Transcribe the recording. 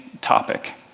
topic